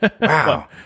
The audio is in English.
Wow